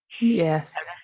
Yes